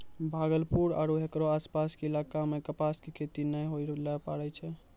भागलपुर आरो हेकरो आसपास के इलाका मॅ कपास के खेती नाय होय ल पारै छै